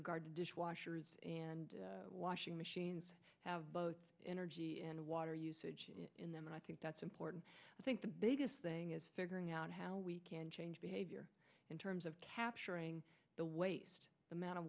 regard to dishwashers and washing machines have both energy and water use in them and i think that's important i think the biggest thing is figuring out how we can change behavior in terms of capturing the waste amount of